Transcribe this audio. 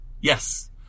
Yes